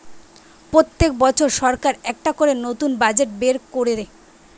পোত্তেক বছর সরকার একটা করে নতুন বাজেট বের কোরে